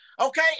Okay